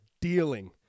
dealing